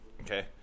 Okay